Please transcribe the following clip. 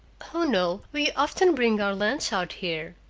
oh, no, we often bring our lunch out here,